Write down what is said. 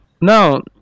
Now